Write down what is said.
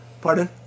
Pardon